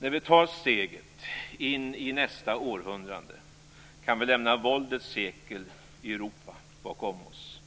När vi tar steget in i nästa århundrade kan vi lämna våldets sekel i Europa bakom oss.